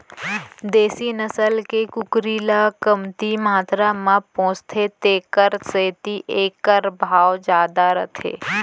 देसी नसल के कुकरी ल कमती मातरा म पोसथें तेकर सेती एकर भाव जादा रथे